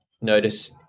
notice